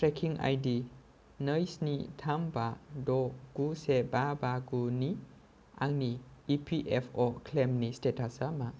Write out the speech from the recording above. trekking ID नै स्नि थाम बा द' गु से बा बा गु नि आंनि इ पि एफ अ क्लेइमनि स्टेटासा मा